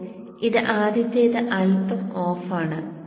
ഇപ്പോൾ ഇത് ആദ്യത്തേത് അൽപ്പം ഓഫാണ്